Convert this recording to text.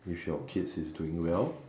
if your kids is doing well